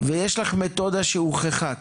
ויש לך מתודה שהוכחה,